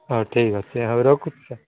ହଉ ଠିକ୍ ଅଛି ଆଉ ରଖୁଛି ସାର୍